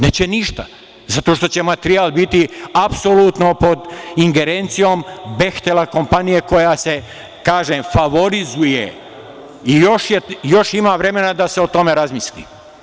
Neće ništa zato što će materijal biti apsolutno pod ingerencijom „Behtela“, kompanije koja se, kažem, favorizuje i još ima vremena da se o tome razmisli.